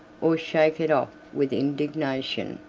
or shake it off with indignation.